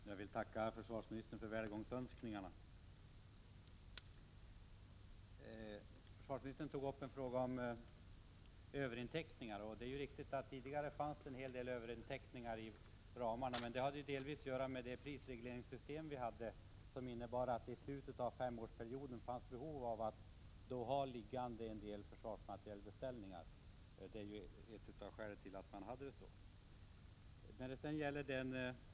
Herr talman! Jag vill tacka försvarsministern för välgångsönskningarna. Försvarsministern tog upp frågan om överintäckningar. Det är ju riktigt att det tidigare fanns en hel del överintäckningar i ramarna, vilket delvis hade att göra med prisregleringssystemet. Systemet innebar att det i slutet av femårsperioden fanns behov av att ha en del försvarsmaterielbeställningar liggande. Detta var ett av skälen till att man gjorde på detta sätt.